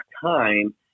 time